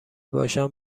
باشم